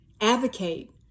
Advocate